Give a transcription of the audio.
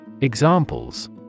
Examples